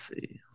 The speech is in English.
see